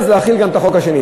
אז להחיל גם את החוק השני.